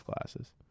classes